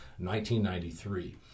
1993